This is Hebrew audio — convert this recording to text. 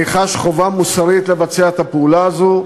חש חובה מוסרית לבצע את הפעולה הזאת,